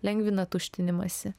lengvina tuštinimąsi